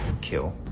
kill